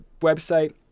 website